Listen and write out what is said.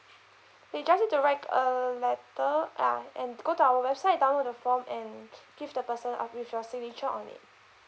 you just need to write a letter ya and go to our website download the form and give the person uh with your signature on it